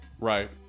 Right